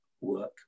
work